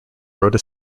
rota